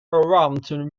awarded